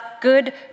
good